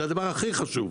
זה הדבר הכי חשוב.